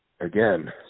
again